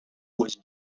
was